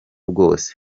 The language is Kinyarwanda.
bwose